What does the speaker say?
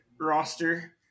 roster